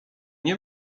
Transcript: nie